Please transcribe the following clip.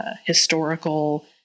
historical